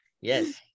Yes